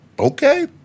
Okay